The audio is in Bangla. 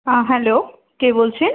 হ্যাঁ হ্যালো কে বলছেন